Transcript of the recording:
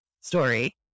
story